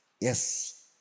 Yes